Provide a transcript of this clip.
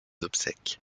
obsèques